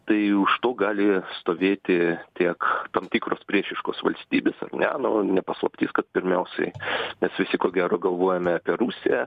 tai už to gali stovėti tiek tam tikros priešiškos valstybės ne nu ne paslaptis kad pirmiausiai mes visi ko gero galvojame apie rusiją